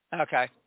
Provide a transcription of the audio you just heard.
Okay